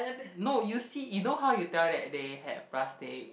no you see you know how you tell that they had plastic